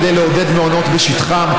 כדי לעודד מעונות בשטחן.